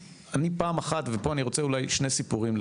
פה אני רוצה אולי לספר שני סיפורים.